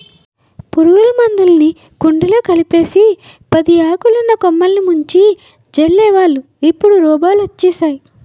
పురుగుల మందులుని కుండలో కలిపేసి పదియాకులున్న కొమ్మలిని ముంచి జల్లేవాళ్ళు ఇప్పుడు రోబోలు వచ్చేసేయ్